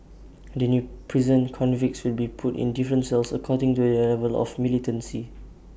in the new prison convicts will be put in different cells according to their level of militancy